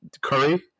curry